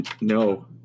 No